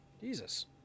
Jesus